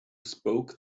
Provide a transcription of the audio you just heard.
spoke